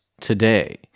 today